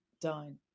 done